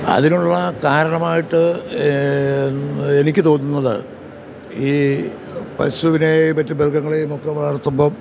അതിനുള്ള കാരണമായിട്ട് എനിക്ക് തോന്നുന്നത് ഈ പശുവിനേയും മറ്റ് മൃഗങ്ങളെയുമൊക്കെ വളർത്തുമ്പം